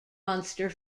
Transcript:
munster